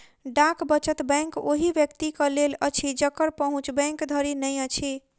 डाक वचत बैंक ओहि व्यक्तिक लेल अछि जकर पहुँच बैंक धरि नै अछि